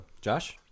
Josh